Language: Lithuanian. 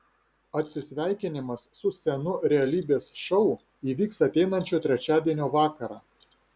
atsisveikinimas su senu realybės šou įvyks ateinančio trečiadienio vakarą